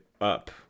up